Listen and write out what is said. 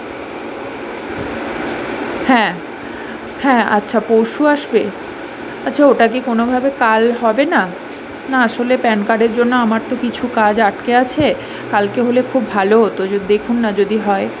হ্যাঁ হ্যাঁ আচ্ছা পরশু আসবে আচ্ছা ওটা কি কোনোভাবে কাল হবে না না আসলে প্যান কার্ডের জন্য আমার তো কিছু কাজ আটকে আছে কালকে হলে খুব ভালো হতো যদি দেখুন না যদি হয়